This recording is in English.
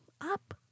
up